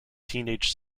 teenage